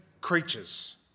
creatures